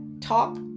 Talk